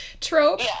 trope